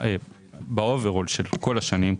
ב-Overall של כל השנים.